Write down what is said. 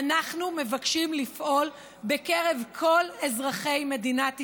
אנחנו מבקשים לפעול בקרב כל אזרחי מדינת ישראל,